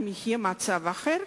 אם יהיה מצב אחר,